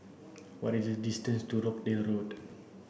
what is the distance to Rochdale Road